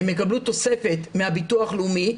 הם יקבלו תוספת מהביטוח הלאומי,